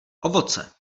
ovoce